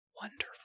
Wonderful